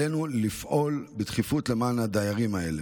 עלינו לפעול בדחיפות למען הדיירים האלה.